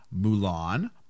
Mulan